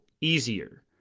easier